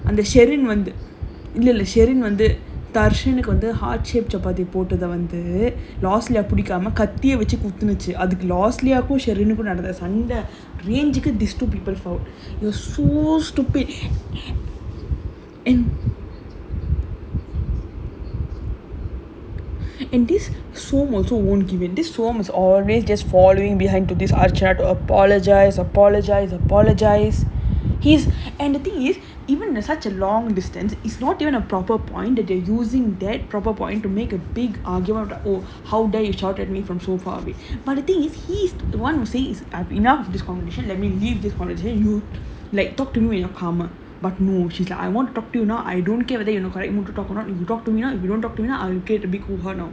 அந்த:antha sherin வந்து இல்ல இல்ல:vanthu illa illa sherin வந்து:vanthu tharsan வந்து:vanthu heart shape சப்பாத்தி போட்டத வந்து:chappathi pottatha vanthu losliya பிடிக்காம கத்திய வச்சு குத்துச்சு அதுக்கு:pidikkaama kathiya vachu kuthuchu athukku losliya sherin நடந்த சண்ட:nadantha sanda range it was so stupid and this som won't disappear this som just following behind to this ah to apologise apologise apologise his and the thing is even though such a long distance is not even a proper point that using that a proper point to make a big argument oh how dare you shout at me from so far but the thing he's the one of these have enough dysfunction let me leave this quietly you like talk to me like talk to me in a corner I want talk do not I don't care so main thing about